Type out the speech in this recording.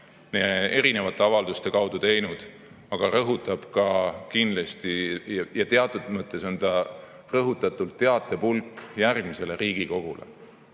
erinevate avalduste näol teinud, aga rõhutab ka kindlasti – teatud mõttes on see rõhutatult teatepulk järgmisele Riigikogule